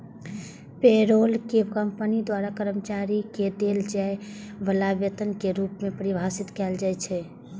payroll कें company द्वारा कर्मचारी कें देल जाय बला वेतन के रूप मे परिभाषित कैल जाइ छै